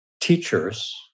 teachers